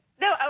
No